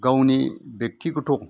गावनि बेक्टिगथ'